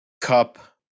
cup